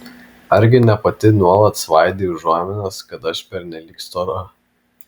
argi ne pati nuolat svaidei užuominas kad aš pernelyg stora